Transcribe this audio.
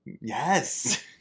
Yes